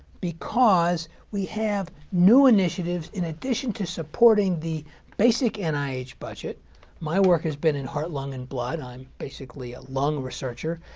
because we have new initiatives in addition to supporting the basic and nih budget my work has been in heart lung and blood. i'm basically a lung researcher.